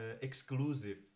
exclusive